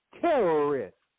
Terrorists